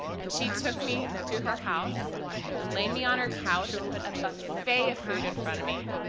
and she took me to her house and laid me on her couch and put a buffet of food in front of me.